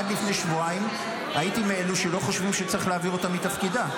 עד לפני שבועיים הייתי מאלה שלא חושבים שצריך להעביר אותה מתפקידה,